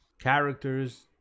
characters